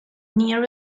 near